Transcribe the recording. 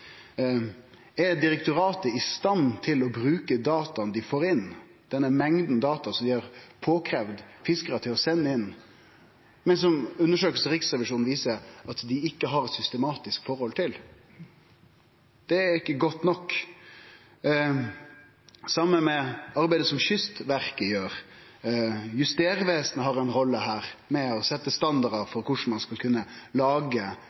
Er direktoratet i stand til å bruke data dei får inn, denne mengda data som dei har kravd at fiskarane skal sende inn, men som undersøkinga til Riksrevisjonen viser at dei ikkje har eit systematisk forhold til? Det er ikkje godt nok. Det same gjeld det arbeidet som Kystverket gjer. Justervesenet har ei rolle her med å setje standardar for korleis ein skal kunne lage